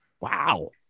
Wow